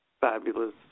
fabulous